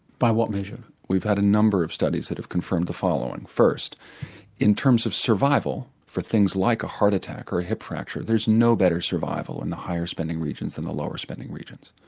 by what measure? we've had a number of studies that have confirmed the following. first in terms of survival for things like a heart attack or a hip fracture there's no better survival in the higher spending regions than the lower spending regions.